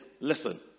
listen